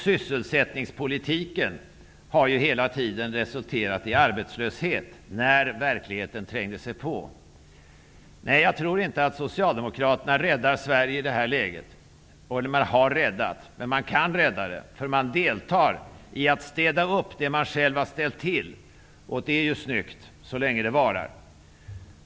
Sysselsättningspolitiken har hela tiden resulterat i arbetslöshet när verkligheten trängt sig på. Nej, jag tror inte att Socialdemokraterna har räddat Sverige i detta läge. Men de kan göra det, därför att de deltar i arbetet med att städa upp det som de själva har ställt till. Det är snyggt, så länge det varar.